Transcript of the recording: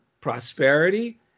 prosperity